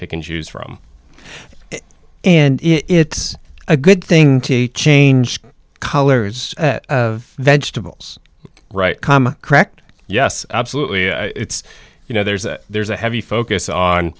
pick and choose from and it's a good thing to change the colors of vegetables right calm correct yes absolutely it's you know there's a there's a heavy focus on